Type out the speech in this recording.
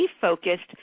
focused